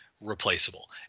replaceable